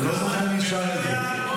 לא זוכר מי שר את זה.